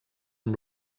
amb